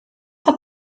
hat